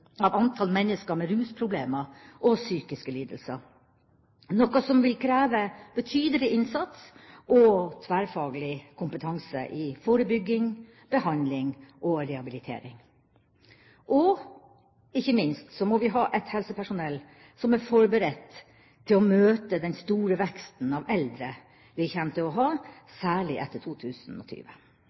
av antallet mennesker med rusproblemer og psykiske lidelser, noe som vil kreve betydelig innsats og tverrfaglig kompetanse i forebygging, behandling og rehabilitering. Ikke minst må vi ha et helsepersonell som er forberedt til å møte den store veksten av eldre vi kommer til å ha, særlig etter 2020.